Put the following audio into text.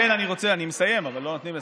אני מסיים, אבל לא נותנים לסיים.